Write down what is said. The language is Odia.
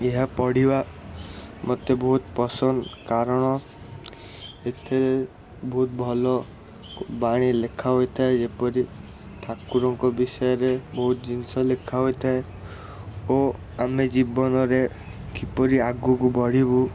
ଏହା ପଢ଼ିବା ମତେ ବହୁତ ପସନ୍ଦ କାରଣ ଏଥିରେ ବହୁତ ଭଲ କ ବାଣୀ ଲେଖା ହୋଇଥାଏ ଯେପରି ଠାକୁରଙ୍କ ବିଷୟରେ ବହୁତ ଜିନଷ ଲେଖା ହୋଇଥାଏ ଓ ଆମେ ଜୀବନରେ କିପରି ଆଗକୁ ବଢ଼ିବୁ